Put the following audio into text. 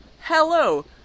hello